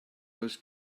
was